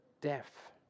Death